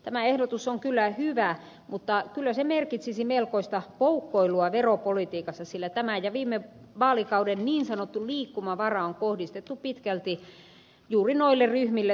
tämä ehdotus on kyllä hyvä mutta kyllä se merkitsisi melkoista poukkoilua veropolitiikassa sillä tämän ja viime vaalikauden niin sanottu liikkumavara on kohdistettu pitkälti juuri noille ryhmille tuloveronkevennyksiin